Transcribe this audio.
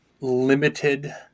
limited